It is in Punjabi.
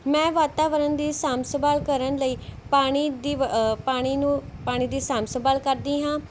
ਮੈਂ ਵਾਤਾਵਰਨ ਦੀ ਸਾਂਭ ਸੰਭਾਲ ਕਰਨ ਲਈ ਪਾਣੀ ਦੀ ਵ ਪਾਣੀ ਨੂੰ ਪਾਣੀ ਦੀ ਸਾਂਭ ਸੰਭਾਲ ਕਰਦੀ ਹਾਂ